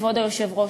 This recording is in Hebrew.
כבוד היושב-ראש.